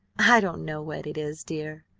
i don't know what it is, dear,